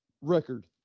record